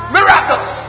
Miracles